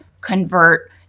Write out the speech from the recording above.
convert